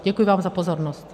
Děkuji vám za pozornost.